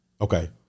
Okay